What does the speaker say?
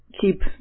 keep